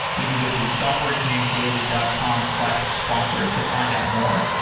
you can go to softwareengineeringdaily dot com slash sponsor to find out more,